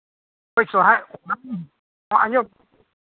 ᱥᱚᱦᱨᱟᱭ ᱵᱟᱝ ᱟᱸᱡᱚᱢ ᱢᱮ